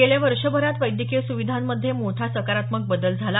गेल्या वर्षभरात वैद्यकीय सुविधांमध्ये मोठा सकारात्मक बदल झाला